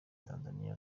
tanzaniya